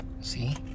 See